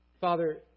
Father